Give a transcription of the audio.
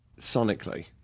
sonically